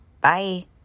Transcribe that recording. Bye